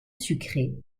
sucré